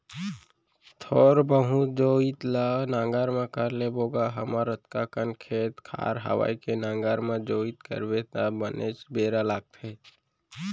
थोर बहुत जोइत ल नांगर म कर लेबो गा हमर अतका कन खेत खार हवय के नांगर म जोइत करबे त बनेच बेरा लागथे